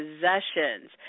possessions